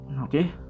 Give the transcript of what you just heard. Okay